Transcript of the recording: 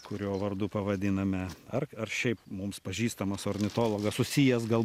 kurio vardu pavadiname ar ar šiaip mums pažįstamas ornitologas susijęs gal